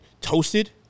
toasted